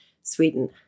Sweden